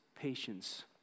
patience